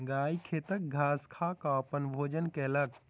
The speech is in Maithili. गाय खेतक घास खा के अपन भोजन कयलक